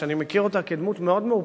שאני מכיר אותה כדמות מאוד מאופקת,